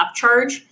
upcharge